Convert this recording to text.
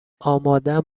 آمادم